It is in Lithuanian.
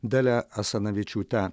dalia asanavičiūte